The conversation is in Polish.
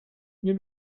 nie